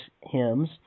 hymns